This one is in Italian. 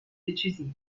decisiva